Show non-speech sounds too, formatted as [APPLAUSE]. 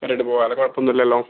[UNINTELLIGIBLE] പോവാം അത് കുഴപ്പം ഒന്നും ഇല്ലല്ലോ